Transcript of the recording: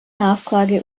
nachfrage